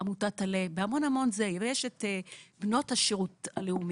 עמותת על"ה ברשת בנות השירות הלאומי,